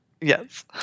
yes